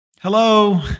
Hello